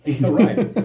Right